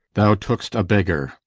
thou took'st a beggar,